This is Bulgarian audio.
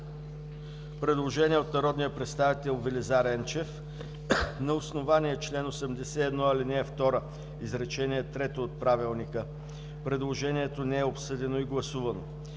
предложение на народния представител Велизар Енчев. На основание чл. 81, ал. 2, изречение трето от Правилника предложението не е обсъдено и гласувано.